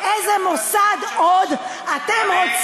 איזה מוסד עוד אתם,